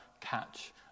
catch